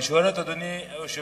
אני שואל את אדוני היושב-ראש,